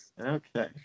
Okay